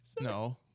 No